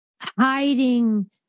hiding